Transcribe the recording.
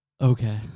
Okay